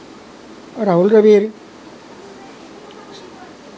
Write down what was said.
Rahul Dravid